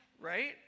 Right